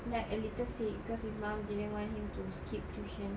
like a little sick cause his mum didn't want him to skip tuition